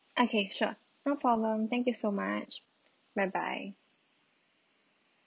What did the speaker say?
okay sure no problem thank you so much bye bye